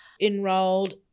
Enrolled